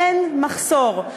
אין מחסור.